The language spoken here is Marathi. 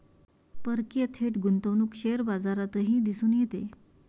परकीय थेट गुंतवणूक शेअर बाजारातही दिसून येते